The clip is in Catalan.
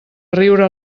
riure